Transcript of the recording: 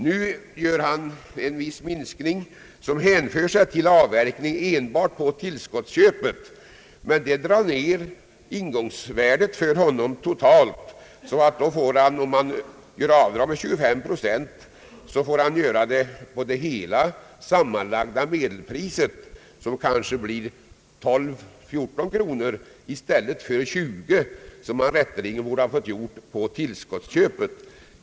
Nu gör han en viss minskning som hänför sig till avverkning enbart på tillskottsköpet, men detta drar ned ingångsvärdet för honom totalt. Om han gör avdrag med 25 procent får han göra det på det sammanlagda medelpriset som kanske ligger vid 12 å 14 kronor i stället för 20. Avdraget borde rätteligen ha fått göras på tillskottsköpet.